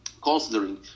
considering